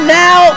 now